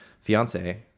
fiance